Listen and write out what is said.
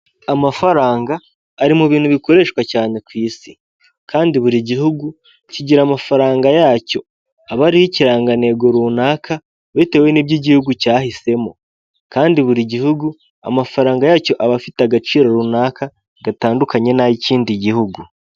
Amafaranga ari mu bintu bikoreshwa cyane ku isi kandi buri gihugu kigira amafaranga yacyo aba ariho ikirangantego runaka bitewe n'ibyo igihugu cyahisemo kandi buri gihugu amafaranga yacyo aba afite agaciro runaka gatandukanye nay'ikindi gihugu.